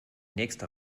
nächste